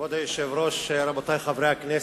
כבוד היושב-ראש, רבותי חברי הכנסת,